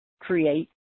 create